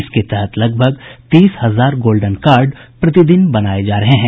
इसके तहत लगभग तीस हजार गोल्डन कार्ड प्रतिदिन बनाये जा रहे हैं